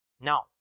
Now